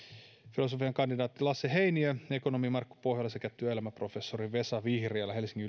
filosofian kandidaatti lasse heiniö ekonomi markku pohjola sekä työelämäprofessori vesa vihriälä helsingin